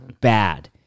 bad